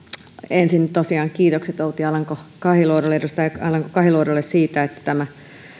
ensin tosiaan kiitokset edustaja outi alanko kahiluodolle siitä että tämä